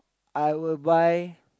I will buy